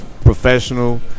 professional